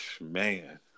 man